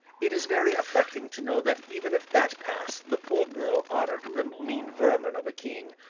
it is very affecting to know that even at that pass the poor girl honoured the mean vermin of a king,